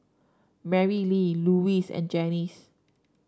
Marylee Luis and Janice